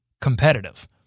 competitive